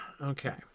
Okay